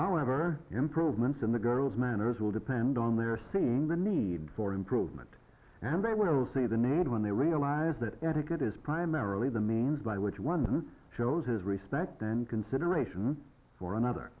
however improvements in the girl's manners will depend on their seeing the need for improvement and they will see the name when they realize that etiquette is primarily the means by which one shows his respect and consideration for another